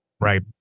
Right